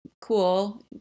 cool